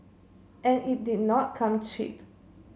and it did not come cheap